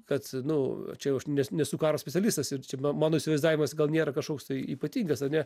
kad nu čia jau aš nes nesu karo specialistas ir čia ma mano įsivaizdavimas gal nėra kažkoks tai ypatingas ane